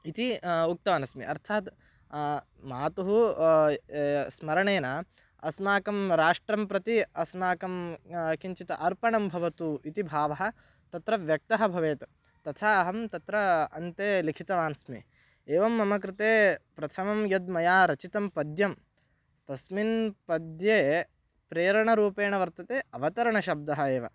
इति उक्तवान् अस्मि अर्थात् मातुः स्मरणेन अस्माकं राष्ट्रं प्रति अस्माकं किञ्चित् अर्पणं भवतु इति भावः तत्र व्यक्तः भवेत् तथा अहं तत्र अन्ते लिखितवान् अस्मि एवं मम कृते प्रथमं यद् मया रचितं पद्यं तस्मिन् पद्ये प्रेरणरूपेण वर्तते अवतरणशब्दः एव